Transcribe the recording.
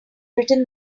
written